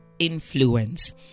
influence